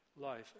life